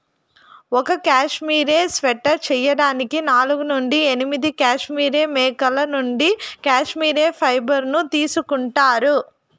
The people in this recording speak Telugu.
ఒక కష్మెరె స్వెటర్ చేయడానికి నాలుగు నుండి ఎనిమిది కష్మెరె మేకల నుండి కష్మెరె ఫైబర్ ను తీసుకుంటారు